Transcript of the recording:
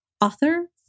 author